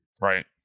right